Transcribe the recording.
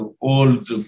old